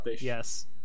yes